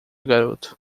garoto